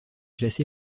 classé